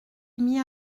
émis